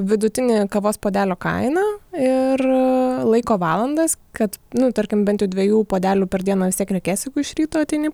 vidutinį kavos puodelio kainą ir laiko valandas kad nu tarkim bent jau dviejų puodelių per dieną vis tiek reikės jeigu iš ryto ateini